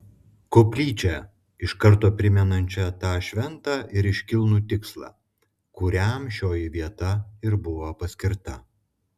koplyčią iš karto primenančią tą šventą ir iškilnų tikslą kuriam šioji vieta ir buvo paskirta